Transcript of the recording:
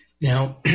Now